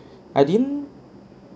I didn't